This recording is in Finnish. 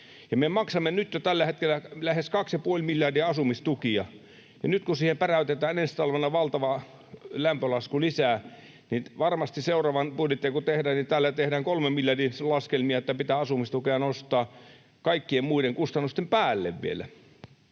me maksamme jo nyt tällä hetkellä lähes 2,5 miljardia asumistukia. Nyt kun siihen päräytetään ensi talvena valtava lämpölasku lisää, niin varmasti, kun seuraavaa budjettia tehdään, täällä tehdään 3 miljardin laskelmia siitä, että pitää asumistukea nostaa kaikkien muiden kustannusten päälle vielä.